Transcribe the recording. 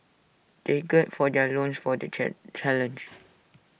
they gird for their loins for the challenge